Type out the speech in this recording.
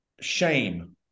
Shame